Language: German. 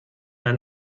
ein